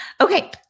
Okay